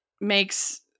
makes